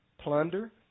Plunder